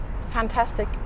fantastic